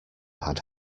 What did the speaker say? had